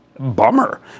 Bummer